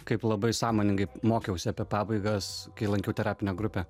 kaip labai sąmoningai mokiausi apie pabaigas kai lankiau terapinę grupę